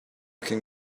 can